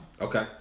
okay